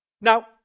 Now